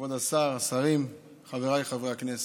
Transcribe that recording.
כבוד השר, השרים, חבריי חברי הכנסת,